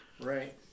Right